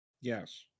Yes